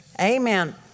Amen